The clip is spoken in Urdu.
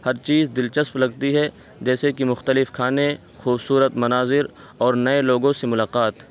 ہر چیز دلچسپ لگتی ہے جیسے کہ مختلف کھانیں خوبصورت مناظر اور نئے لوگوں سے ملاقات